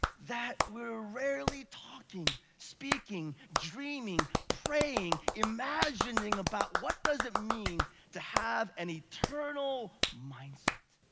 that we're rarely talking, speaking, dreaming, praying, imagining about what does it mean to have an eternal mindset.